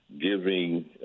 giving